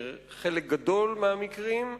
בחלק גדול מהמקרים,